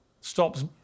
stops